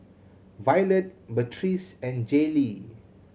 Violet Beatrice and Jaylee